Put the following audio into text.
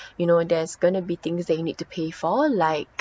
you know there's gonna be things that you need to pay for like